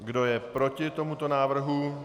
Kdo je proti tomuto návrhu?